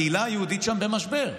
הקהילה היהודית שם במשבר,